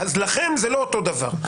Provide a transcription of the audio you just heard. לכן זה לא אותו דבר.